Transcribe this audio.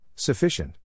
Sufficient